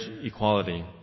equality